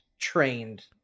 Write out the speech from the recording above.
trained